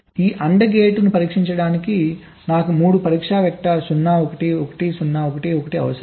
ఈ AND గేటును పరీక్షించడానికి నాకు 3 పరీక్ష వెక్టర్స్ 0 1 1 0 మరియు 1 1 అవసరం